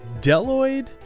deloid